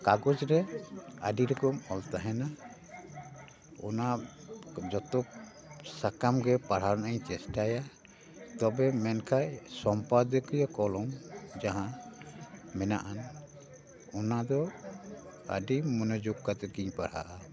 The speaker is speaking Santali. ᱠᱟᱜᱚᱡᱽ ᱨᱮ ᱟᱹᱰᱤ ᱨᱚᱠᱚᱢ ᱚᱞ ᱛᱟᱦᱮᱱᱟ ᱚᱱᱟ ᱡᱚᱛᱚ ᱥᱟᱠᱟᱢ ᱜᱮ ᱯᱟᱲᱦᱟᱣ ᱨᱮᱱᱟᱜ ᱤᱧ ᱪᱮᱥᱴᱟᱭᱟ ᱛᱚᱵᱮ ᱢᱮᱱᱠᱷᱟᱱ ᱥᱚᱢᱯᱟᱫᱚᱠᱤᱭᱚ ᱠᱚᱞᱚᱢ ᱡᱟᱦᱟᱸ ᱢᱮᱱᱟ ᱟᱱ ᱚᱱᱟ ᱫᱚ ᱟᱹᱰᱤ ᱢᱚᱱᱚᱡᱳᱜᱽ ᱠᱟᱛᱮ ᱜᱤᱧ ᱯᱟᱲᱦᱟᱜᱼᱟ